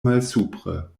malsupre